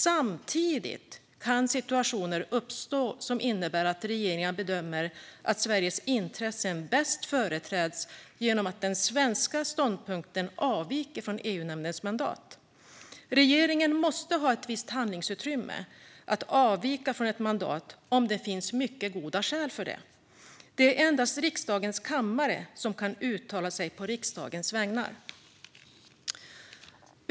Samtidigt kan situationer uppstå som innebär att regeringen bedömer att Sveriges intressen bäst företräds genom att den svenska ståndpunkten avviker från EU-nämndens mandat. Regeringen måste ha visst handlingsutrymme att avvika från ett mandat om det finns mycket goda skäl för det. Det är endast riksdagens kammare som kan uttala sig på riksdagens vägnar.